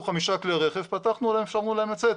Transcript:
חמישה כלי רכב פתחנו להם כשאמרו להם לצאת.